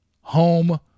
home